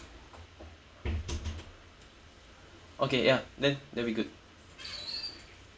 okay ya that that'll be good